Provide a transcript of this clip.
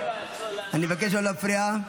אני מבקש לא להפריע.